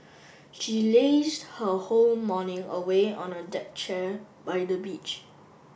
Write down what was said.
she lazed her whole morning away on a deck chair by the beach